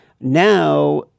Now